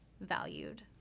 valued